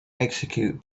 execute